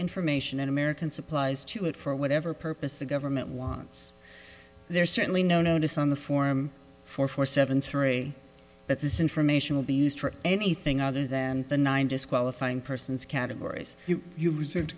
information an american supplies to it for whatever purpose the government wants there's certainly no notice on the form four four seven three that this information will be used for anything other than the nine disqualifying persons categories you